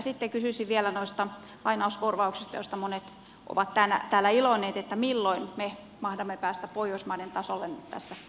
sitten kysyisin vielä noista lainauskorvauksista joista monet ovat täällä iloinneet milloin me mahdamme päästä pohjoismaiden tasolle tässä asiassa